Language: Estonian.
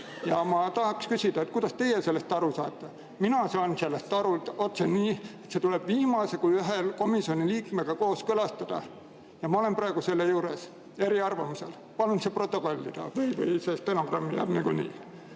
Ma tahan küsida, kuidas teie sellest aru saate. Mina saan sellest aru nii, et see tuleb viimase kui ühe komisjoni liikmega kooskõlastada. Ja ma olen praegu selle juures eriarvamusel. Palun see protokollida, kuigi stenogrammi läheb see